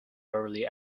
early